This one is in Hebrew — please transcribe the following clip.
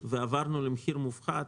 תפקידו ועברנו למחיר מופחת,